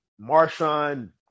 Marshawn